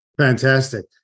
Fantastic